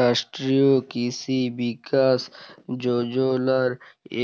রাষ্ট্রীয় কিসি বিকাশ যজলার